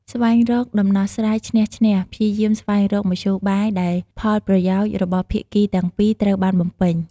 ស្វែងរកដំណោះស្រាយឈ្នះ-ឈ្នះ ព្យាយាមស្វែងរកមធ្យោបាយដែលផលប្រយោជន៍របស់ភាគីទាំងពីរត្រូវបានបំពេញ។